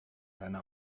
seine